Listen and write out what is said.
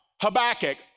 Habakkuk